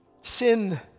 sin